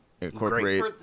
Incorporate